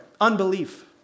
unbelief